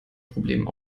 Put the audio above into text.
problem